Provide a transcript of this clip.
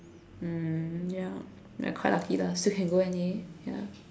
mm ya we are quite lucky lah still can go N_A ya